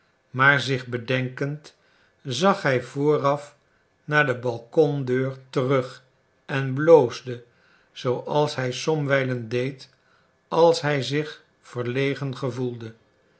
maar zich bedenkend zag hij vooraf naar de balkondeur terug en bloosde zooals hij somwijlen deed als hij zich verlegen gevoelde